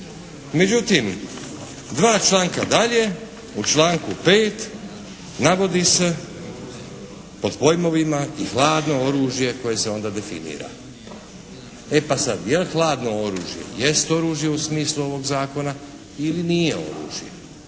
Međutim dva članka dalje, u članku 5. navodi se pod pojmovima i hladno oružje koje se onda definira. E pa sad jel hladno oružje jest oružje u smislu ovog zakona ili nije oružje?